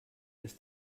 ist